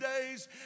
days